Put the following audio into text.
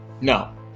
No